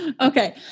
Okay